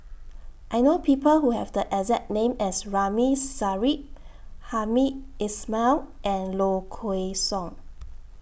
I know People Who Have The exact name as Ramli Sarip Hamed Ismail and Low Kway Song